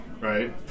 right